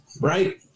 right